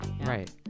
Right